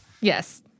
Yes